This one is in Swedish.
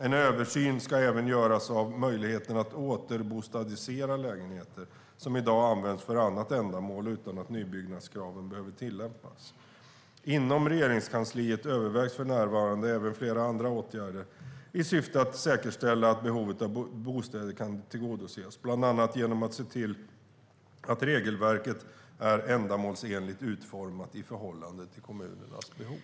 En översyn ska även göras av möjligheten att "återbostadisera" lägenheter, som i dag används för annat ändamål, utan att nybyggnadskraven behöver tillämpas. Inom Regeringskansliet övervägs för närvarande även flera andra åtgärder i syfte att säkerställa att behovet av bostäder kan tillgodoses, bland annat genom att se till att regelverket är ändamålsenligt utformat i förhållande till kommunernas behov.